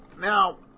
now